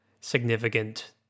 significant